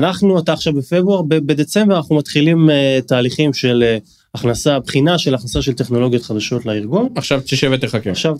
אנחנו עד עכשיו בפברואר בדצמבר מתחילים תהליכים של הכנסה, בחינה של הכנסה של טכנולוגיות חדשות לארגון עכשיו תשב ותחכה עכשיו